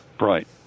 Right